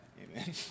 Amen